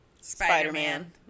Spider-Man